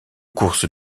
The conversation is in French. courses